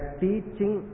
teaching